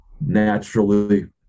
naturally